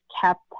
kept